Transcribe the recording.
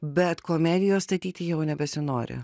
bet komedijos statyti jau nebesinori